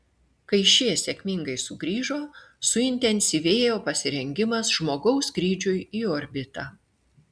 kai šie sėkmingai sugrįžo suintensyvėjo pasirengimas žmogaus skrydžiui į orbitą